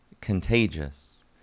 contagious